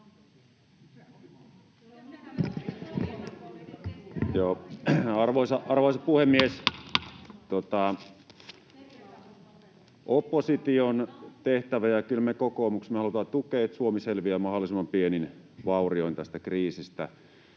on tukea, ja kyllä me kokoomuksessa haluamme tukea, että Suomi selviää mahdollisimman pienin vaurioin tästä kriisistä.